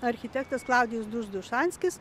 architektas klaudijus duš dušanskis